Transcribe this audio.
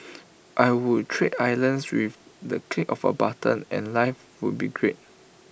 I would trade islands with the click of A button and life would be great